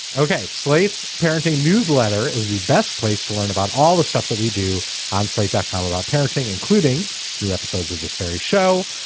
okay? slate's parenting newsletter is the best place to learn about all the stuff that we do on site doc com about parenting, including new episodes of this very show,